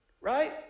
right